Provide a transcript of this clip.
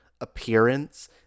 appearance